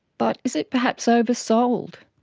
but is it perhaps over-sold?